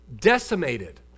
decimated